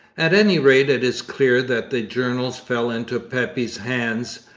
at any rate it is clear that the journals fell into pepys' hands,